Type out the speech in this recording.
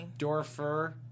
Dorfer